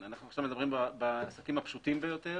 אנחנו עכשיו מדברים בעסקים הפשוטים ביותר